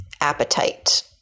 appetite